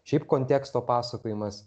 šiaip konteksto pasakojimas